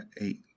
eight